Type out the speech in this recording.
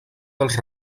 dels